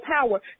power